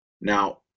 Now